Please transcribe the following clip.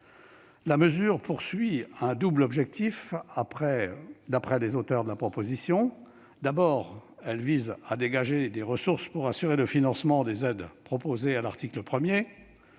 La mesure a un double objectif d'après les auteurs de la proposition de loi. Tout d'abord, elle vise à dégager des ressources pour assurer le financement des aides proposées à l'article 1.